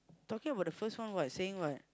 talking about the first one what saying what